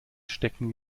stecken